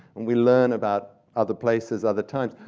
and we learn about other places, other times.